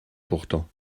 pourtant